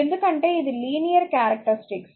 ఎందుకంటే ఇది linear characteristics